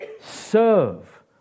Serve